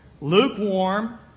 lukewarm